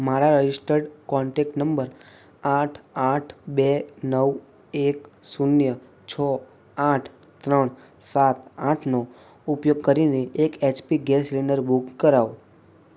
મારા registered contact number આઠ આઠ બે નવ એક શૂન્ય છો આઠ ત્રણ સાત આઠ નો ઉપયોગ કરીને એક એચપી ગેસ સીલિન્ડર બૂક કરાવો